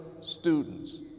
students